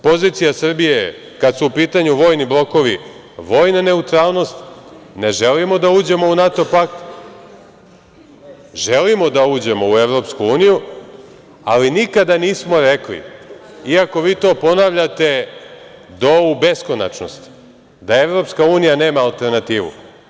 Pozicija Srbije je kada su u pitanju vojni blokovi, vojna neutralnost, ne želimo da uđemo u NATO pakt, želimo da uđemo u Evropsku uniju, ali nikada nismo rekli, iako vi to ponavljate do u beskonačnost, da Evropska unija nema alternativu.